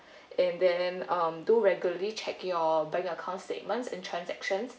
and then mm do regularly check your bank account statements and transactions